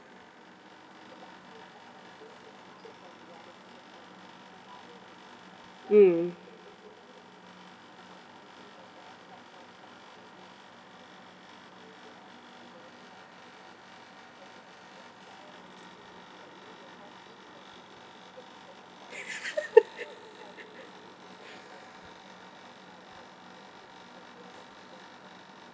mm